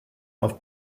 auf